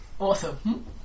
awesome